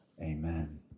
Amen